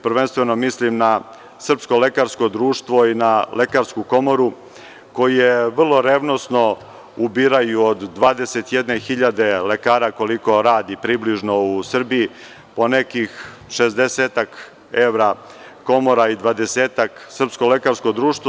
Prvenstveno mislim na Srpsko lekarsko društvo i na Lekarsku komoru koje vrlo revnosno ubiraju od 21.000 lekara, koliko radi približno u Srbiji, po nekih 60-ak evra Komora i 20- ak Srpsko lekarsko društvo.